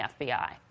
FBI